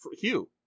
Hugh